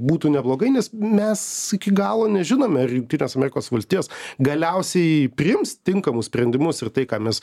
būtų neblogai nes mes iki galo nežinome ar jungtinės amerikos valstijos galiausiai priims tinkamus sprendimus ir tai ką mes